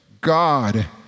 God